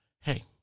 hey